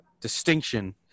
distinction –